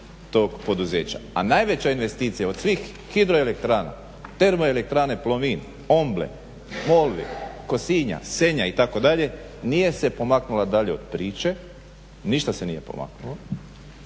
tog poduzeća, a najveća investicija od svih HE, TE Plomin, Omble, …, Kosinja, Senja itd. nije se pomaknula dalje od priče, ništa se nije pomaknulo,